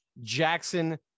Jackson